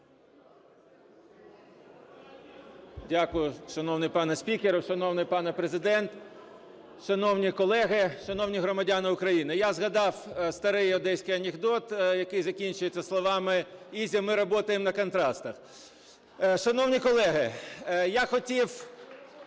Дякую. Шановний пане спікере, шановний пане Президент, шановні колеги, шановні громадяни України! Я згадав старий одеський анекдот, який закінчується словами: "Ізя, мы работаем на контрастах". Шановні колеги, я хотів